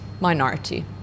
Minority